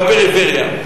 בפריפריה?